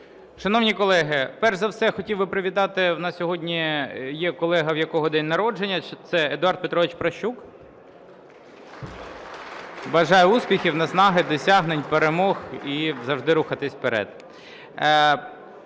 Шановні колеги, перш за все хотів би привітати. У нас сьогодні є колега, у якого день народження, це Едуард Петрович Прощук. Бажаю успіхів, наснаги, досягнень, перемог і завжди рухатись вперед.